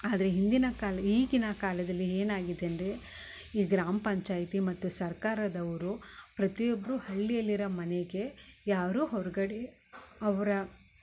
ಆದರೆ ಹಿಂದಿನ ಕಾಲ ಈಗಿನ ಕಾಲದಲ್ಲಿ ಏನಾಗಿದೆ ಅಂದರೆ ಈ ಗ್ರಾಮ ಪಂಚಾಯತಿ ಮತ್ತು ಸರ್ಕಾರದವರು ಪ್ರತಿಯೊಬ್ಬರು ಹಳ್ಳಿಯಲ್ಲಿರ ಮನೆಗೆ ಯಾರು ಹೊರಗಡೆ ಅವರ